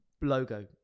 Logo